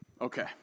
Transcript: Okay